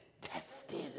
tested